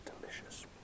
Delicious